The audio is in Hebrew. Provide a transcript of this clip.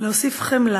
להוסיף חמלה,